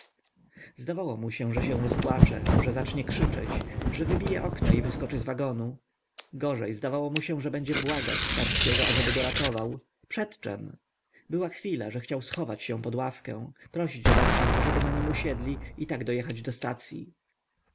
zdawało mu się że się rozpłacze że zacznie krzyczeć że wybije okno i wyskoczy z wagonu gorzej zdawało mu się że będzie błagać starskiego aby go ratował przed czem była chwila że chciał schować się pod ławkę prosić obecnych ażeby na nim usiedli i tak dojechać do stacyi